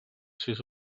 sis